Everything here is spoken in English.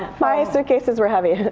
my suitcases were heavy.